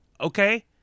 okay